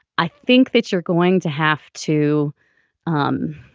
i think that you're going to have to um